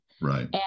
Right